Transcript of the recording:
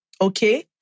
Okay